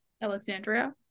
Alexandria